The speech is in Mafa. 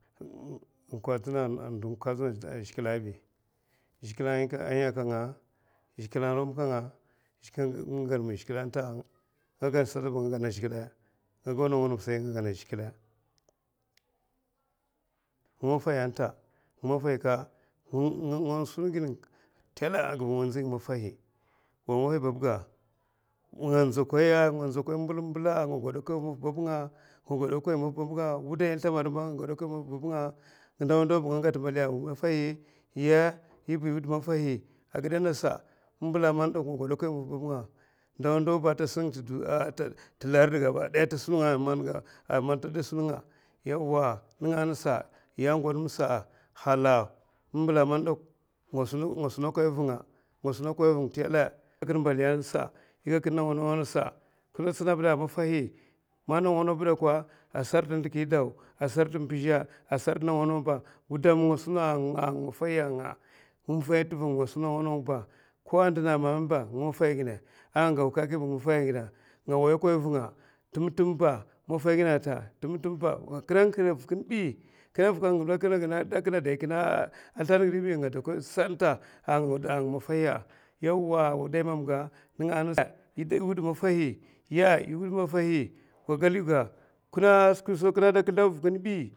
Ing kwa dzina a zhiwe bi zhik le an yaka nga zhikle a ramka nga nga ganma a zhiklu ata nga go nawa nawaba sai nga gana zhikle nga maffaiya ta nga maffai nga sun gid nga tela’a, a giu in nzi nga a nga maffai, wa maffai babga nga nzakwa mbil mbila’a, nga gadakwan mam maf bal nga wudai in sllbadba nga gadakwan man maf basing ndawa ndawa ndawala nga gat mbaliya a nga maffahi ya iba iwud maffahi a gida nasa in mbila nga gada kwan mam maf, bab nga ndawa ndawab a ta sun nga ta larda gaba daya ta sun nga yawa ninga nasa ya gad misa’a, in mbila man dak nga suna kan vin nga, nga suna kan vinga tib i gakan mbali a nasa i gakan nawa nawa kina tsina bida maffah, man. Nawa, nawa bidakwa a sarta in sldiki dawa a sartin pizha a sarta nawa ba gudum nga suna a nga maffaiye nga maffai in tiva in gwats nawa nawa ba ko in ndina memem ba nga maffai gina a go keke ba nga maffaiya gina tim timba maffaiya gina ata kina ngiha a vikin bi a kina dai kina slirtar gid bi nga dakwai santa a nga ma maffaiya yawa wudai mam ga ninga nasa i dai gag id maffaibi ya iwud maffahi wa gwaliga kina da sa kesldaw vikin bi.